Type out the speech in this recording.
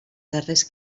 darrers